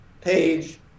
page